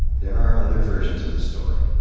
there are other versions of the story.